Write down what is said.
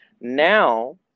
now